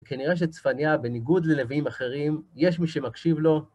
כנראה שצפניה, בניגוד ללווים אחרים, יש מי שמקשיב לו.